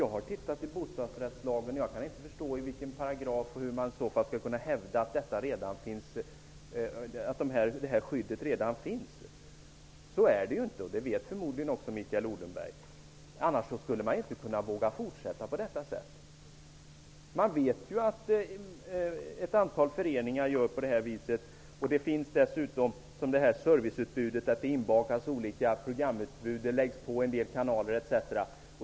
Jag har letat i bostadsrättslagen, och jag kan inte hitta någon paragraf som styrker att detta skydd redan finns. Så är det ju inte, vilket förmodligen Mikael Odenberg också vet, annars skulle man inte våga fortsätta på detta sätt. Man vet ju att ett antal föreningar fattar den här typen av beslut. Dessutom inbakas i serviceutbudet olika kanaler samtidigt som en del kanaler läggs till etc.